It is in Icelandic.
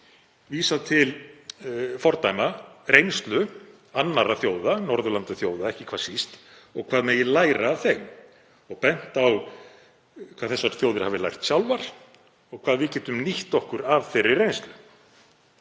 vísað til fordæma, reynslu annarra þjóða, Norðurlandaþjóða ekki hvað síst, og hvað megi læra af þeim og bent á hvað þær þjóðir hafi lært sjálfar og hvað við getum nýtt okkur af þeirri reynslu.